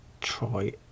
try